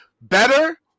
better